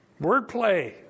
Wordplay